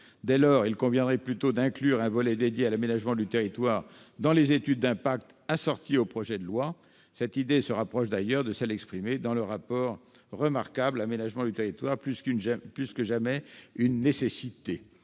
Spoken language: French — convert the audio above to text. Dès lors, il conviendrait plutôt d'inclure un volet dédié à l'aménagement du territoire dans les études d'impact assorties aux projets de loi. Cette idée se rapproche d'ailleurs de celle exprimée dans le remarquable rapport. Pour toutes ces raisons, la